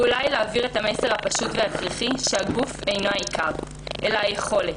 ואולי להעביר את המסר הפשוט וההכרחי שהגוף אינו העיקר אלא היכולת,